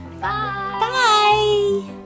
bye